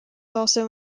also